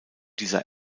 dieser